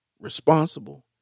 responsible